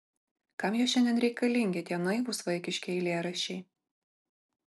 kam jie šiandien reikalingi tie naivūs vaikiški eilėraščiai